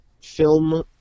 film